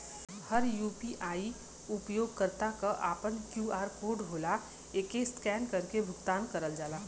हर UPI उपयोगकर्ता क आपन क्यू.आर कोड होला एके स्कैन करके भुगतान करल जाला